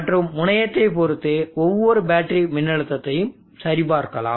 மற்றும் முனையத்தைப் பொறுத்து ஒவ்வொரு பேட்டரி மின்னழுத்தத்தையும் சரிபார்க்கலாம்